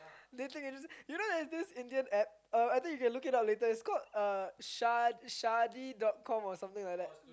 dating agency you know there's this Indian app um I think you can look it up later it's called uh sha~ shadi dot com or something like that